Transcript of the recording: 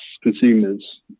consumers